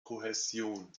kohäsion